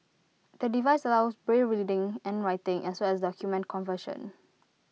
the device allows braille reading and writing as well as document conversion